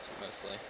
mostly